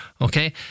Okay